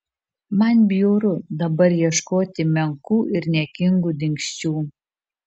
man bjauru dabar ieškoti menkų ir niekingų dingsčių